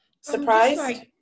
Surprised